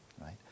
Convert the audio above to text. right